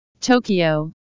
tokyo